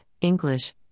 English